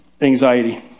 anxiety